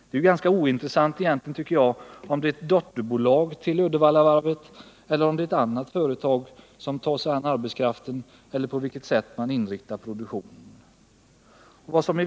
Det är egentligen ganska ointressant om det är ett dotterbolag till Uddevallavarvet eller ett annat företag som tar sig an arbetskraften eller hur man inriktar produktionen.